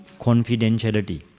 confidentiality